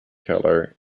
keller